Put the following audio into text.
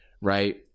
right